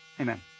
Amen